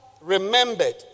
remembered